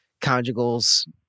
conjugals